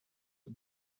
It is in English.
but